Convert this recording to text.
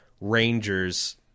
rangers